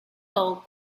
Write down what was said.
gold